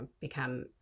become